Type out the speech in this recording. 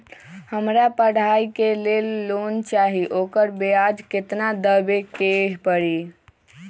हमरा पढ़ाई के लेल लोन चाहि, ओकर ब्याज केतना दबे के परी?